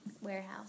warehouse